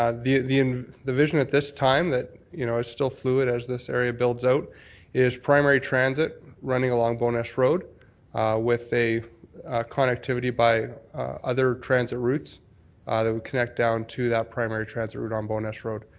ah the the and vision at this time that you know is still fluid as this area builds out is primary transit running along bowness road with a conductivity by other transit routes ah that would connect down to that primary transit route on bowness road.